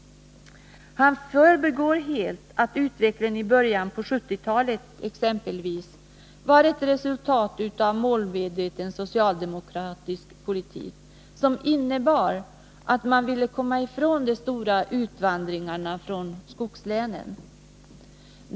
Han förbigår helt att utvecklingen i början av 1970-talet exempelvis var ett resultat av en målmedveten socialdemokratisk politik, som innebar att man ville komma ifrån de stora utvandringarna från skogslänen.